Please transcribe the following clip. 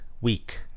week